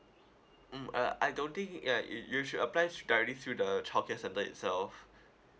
mm uh I don't think uh you you should apply thr~ directly through the childcare centre itself